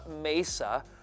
Mesa